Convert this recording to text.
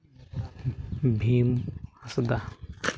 Bhim Hansda